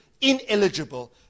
ineligible